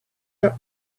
your